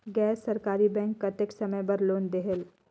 गैर सरकारी बैंक कतेक समय बर लोन देहेल?